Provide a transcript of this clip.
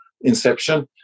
inception